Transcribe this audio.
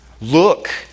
Look